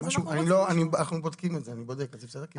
אני בודק את זה, בסדר?